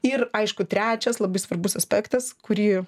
ir aišku trečias labai svarbus aspektas kurį